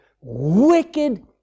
wicked